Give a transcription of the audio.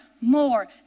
more